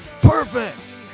perfect